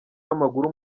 w’amaguru